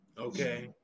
Okay